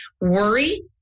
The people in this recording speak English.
worry